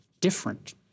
different